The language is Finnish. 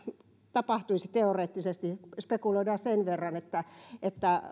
tapahtuisi teoreettisesti spekuloidaan sen verran että että